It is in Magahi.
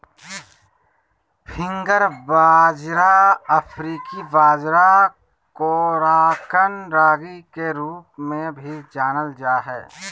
फिंगर बाजरा अफ्रीकी बाजरा कोराकन रागी के रूप में भी जानल जा हइ